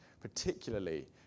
particularly